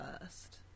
first